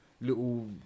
little